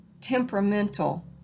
temperamental